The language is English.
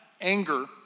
anger